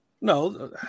No